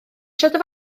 ceisio